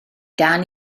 dal